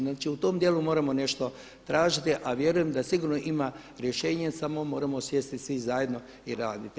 Znači u tom dijelu moramo nešto tražiti a vjerujem da sigurno ima rješenje samo moramo sjesti svi zajedno i raditi.